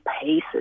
paces